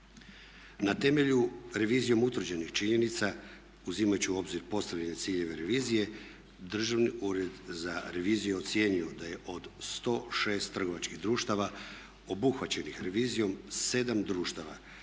Na temelju revizijom utvrđenih činjenica uzimajući u obzir postavljene ciljeve revizije Državni ured za reviziju je ocijenio da je od 106 trgovačkih društava obuhvaćenih revizijom 7 društava